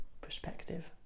perspective